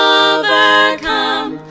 overcome